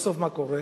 בסוף מה קורה?